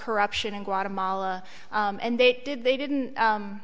corruption in guatemala and they did they didn't and